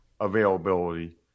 availability